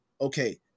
okay